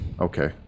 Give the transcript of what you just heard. okay